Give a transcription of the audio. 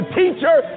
teacher